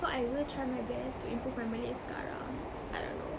so I will try my best to improve my malay sekarang I don't know